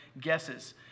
guesses